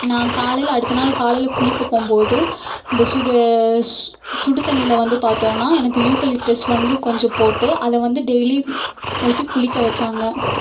நான் காலையில் அடுத்த நாள் காலையில் குளிக்க போகும்போது இந்த சுடு சுடு தண்ணியில் வந்து பாத்தோம்னா எனக்கு யூக்கலிப்ட்டஸ் வந்து கொஞ்சம் போட்டு அதை வந்து டெய்லி ஊற்றி குளிக்க வைச்சாங்க